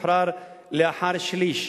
שוחרר לאחר שליש.